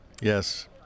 Yes